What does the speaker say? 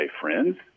friends